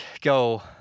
go